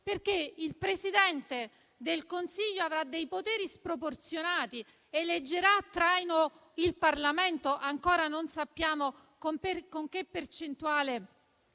Il Presidente del Consiglio avrà poteri sproporzionati, eleggerà a traino il Parlamento, ancora non sappiamo con che percentuale